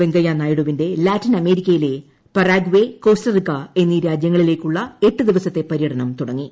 വെങ്കയ്യനായിഡുവിന്റെ ലാറ്റിനമേരിക്കയിലെ Paraguay Costa Rica എന്നീ രാജ്യങ്ങളിലേക്കുള്ള എട്ട് ദിവസത്തെ പര്യടനം തുടങ്ങി